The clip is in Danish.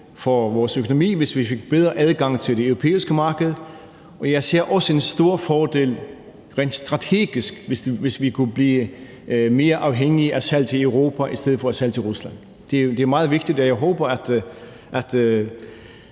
for vores økonomi, hvis vi fik bedre adgang til det europæiske marked, og jeg ser det også som en stor fordel rent strategisk, hvis vi kunne blive mere afhængige af salg til Europa i stedet for salg til Rusland. Det er meget vigtigt, og jeg håber, at